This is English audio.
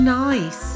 nice